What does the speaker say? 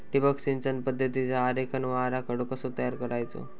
ठिबक सिंचन पद्धतीचा आरेखन व आराखडो कसो तयार करायचो?